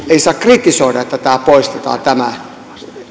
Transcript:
ei saa kritisoida että tämä poistetaan tämä